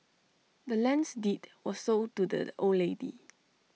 the land's deed was sold to the old lady